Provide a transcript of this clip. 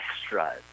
extras